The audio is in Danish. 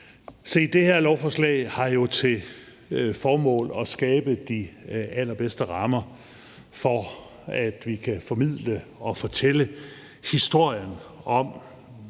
Se, det her lovforslag har jo til formål at skabe de allerbedste rammer for, at vi kan formidle og fortælle historien om